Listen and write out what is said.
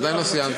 אני מקשיב, אדוני.